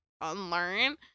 unlearn